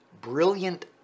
brilliant